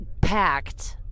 packed